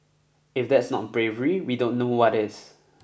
if that's not bravery we don't know what is